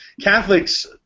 Catholics